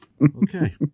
Okay